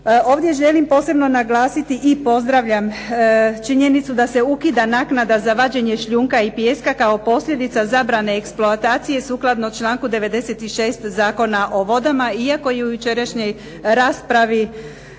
Ovdje želim posebno naglasiti i pozdravljam činjenicu da se ukida naknada za vađenje šljunka i pijeska kao posljedica zabrane eksploatacije sukladno članku 96. Zakona o vodama, iako je u jučerašnjoj raspravi